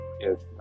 Yes